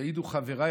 יעידו חבריי,